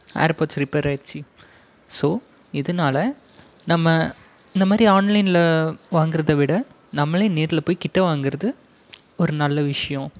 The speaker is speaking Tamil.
ஏர் பேட்ஸ் ரிப்பேர் ஆகிடிச்சி ஸோ இதனால நம்ம இந்த மாதிரி ஆன்லைனில் வாங்கிறத விட நம்மளே நேரில் போய் கிட்டே வாங்கிறது ஒரு நல்ல விஷயம்